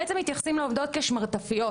שבעצם מתייחסים לעובדות כ"שמרטפיות"